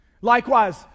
Likewise